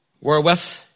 wherewith